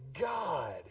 God